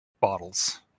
bottles